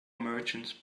merchants